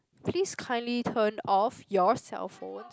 please kindly turn off your cell phones